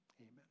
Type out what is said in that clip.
Amen